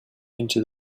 into